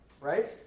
right